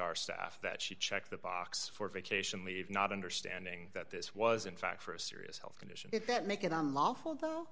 our staff that she checked the box for vacation leave not understanding that this was in fact for a serious health condition that make it unlawful though